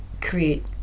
create